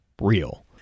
real